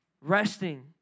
resting